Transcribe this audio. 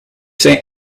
say